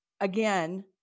again